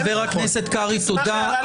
חבר הכנסת קרעי, תודה.